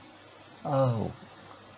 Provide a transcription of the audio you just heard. !ow!